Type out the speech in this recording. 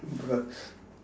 bruh